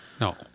No